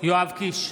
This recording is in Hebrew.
יואב קיש,